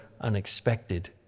unexpected